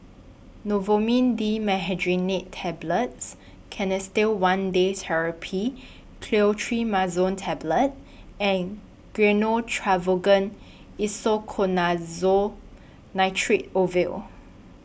Novomin Dimenhydrinate Tablets Canesten one Day Therapy Clotrimazole Tablet and Gyno Travogen Isoconazole Nitrate Ovule